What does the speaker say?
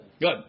Good